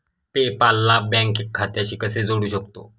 पे पाल ला बँक खात्याशी कसे जोडू शकतो?